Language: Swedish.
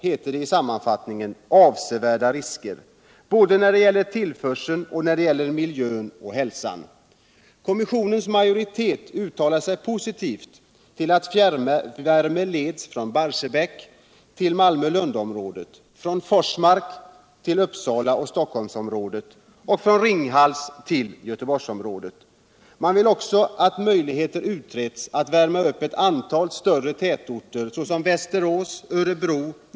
heter det i sammanfattningen, ”avseviärda risker” både när det gäller tillförseln och när det gäller miljön och hälsan. Kommissionens majoritet uttalar sig positivt till att fjärrvärme leds från Barsebäck till Malmö-Lund-området, från Forsmark till Ulppsala och Stockholmsområdet och från Ringhals till Göteborgsområdet. Man vill också alt möjligheterna utreds att värma upp et antal större tätorter såsom Västerås, Örebro.